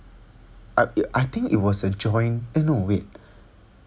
I uh I think it was a joint eh no wait